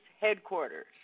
headquarters